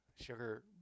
sugar